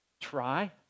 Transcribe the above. try